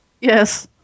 Yes